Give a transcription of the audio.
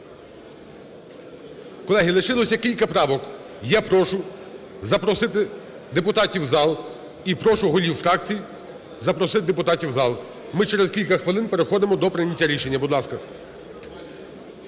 Колеги, лишилося кілька правок. Я прошу запросити депутатів в зал і прошу голів фракцій запросити депутатів в зал, ми через кілька хвилин переходимо до прийняття рішення, будь ласка.